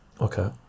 okay